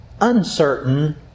uncertain